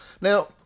Now